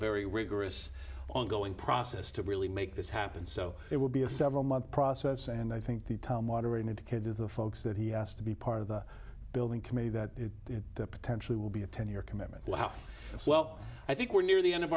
very rigorous ongoing process to really make this happen so it will be a several month process and i think the tom moderated kid to the folks that he has to be part of the building committee that potentially will be a ten year commitment how well i think we're near the end of